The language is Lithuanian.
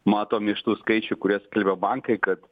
matom iš tų skaičių kuriuos skelbia bankai kad